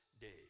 day